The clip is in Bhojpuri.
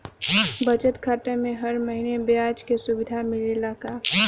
बचत खाता में हर महिना ब्याज के सुविधा मिलेला का?